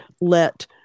let